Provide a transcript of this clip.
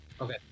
Okay